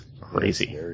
Crazy